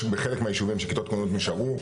בחלק מהיישובים של כיתות כוננות נשארו.